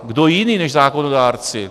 Kdo jiný než zákonodárci?